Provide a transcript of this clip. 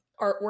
artwork